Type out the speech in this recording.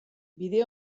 bide